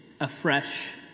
afresh